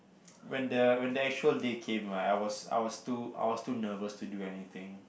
when the when the actual day came right I was I was too I was too nervous to do anything